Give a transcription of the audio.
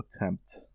attempt